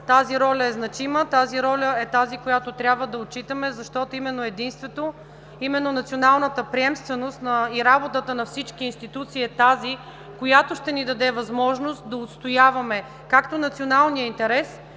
тази роля е значима. Ролята е тази, която трябва да отчитаме, защото именно единството, именно националната приемственост и работата на всички институции е тази, която ще ни даде възможност да отстояваме както националния интерес,